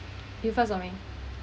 you first or me